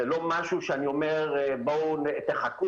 זה לא משהו שאני אומר: בואו תחכו,